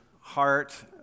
heart